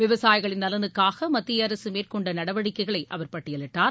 விவசாயிகளின் நலனுக்காக மத்திய அரசு மேற்கொண்ட நடவடிக்கைகளை அவர் பட்டியலிட்டார்